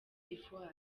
d’ivoire